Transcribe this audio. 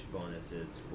bonuses